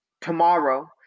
tomorrow